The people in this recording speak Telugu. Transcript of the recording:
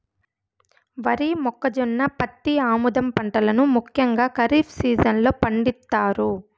వరి, మొక్కజొన్న, పత్తి, ఆముదం పంటలను ముఖ్యంగా ఖరీఫ్ సీజన్ లో పండిత్తారు